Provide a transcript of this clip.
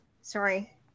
sorry